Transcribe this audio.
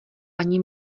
ani